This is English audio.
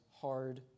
hard